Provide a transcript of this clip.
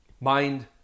Mind